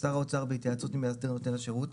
"שר האוצר בהתייעצות עם מאסדר נותן השירות,